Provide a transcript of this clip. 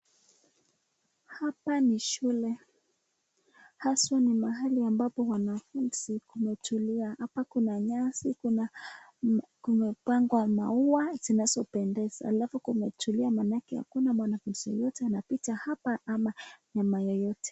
Hapa ni shule, haswa ni mahali ambapo wanafunzi wametulia, hapa kuna nyasi, kuna kumepangwa maua zinazopendeza, alafu kumetulia manake hakuna mwanafunzi yeyote anapita hapa ama mnyama yeyote.